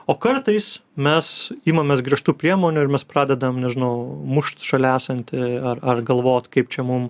o kartais mes imamės griežtų priemonių ir mes pradedam nežinau mušt šalia esantį ar ar galvot kaip čia mum